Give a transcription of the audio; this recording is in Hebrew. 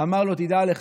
אמר לו: תדע לך,